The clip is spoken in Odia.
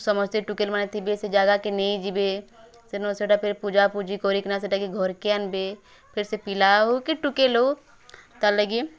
ସମସ୍ତେ ଟୁକେଲ୍ମାନେ ଥିବେ ସେ ଜାଗାକେ ନେଇଯିବେ ସେନ୍ ସେଟା ଫେର୍ ପୂଜାପୂଜି କରିକିନା ସେଟାକେ ଘର୍କେ ଆନ୍ବେ ଫିର୍ ସେ ପିଲା ହେଉକି ଟୁକେଲ୍ ହେଉ ତା'ର୍ ଲାଗି